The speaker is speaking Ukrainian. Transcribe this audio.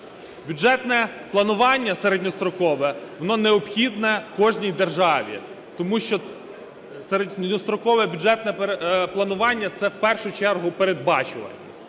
Бюджетне планування середньострокове, воно необхідне кожній державі, тому що середньострокове бюджетне планування - це в першу чергу передбачуваність.